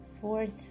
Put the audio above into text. fourth